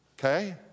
Okay